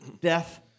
death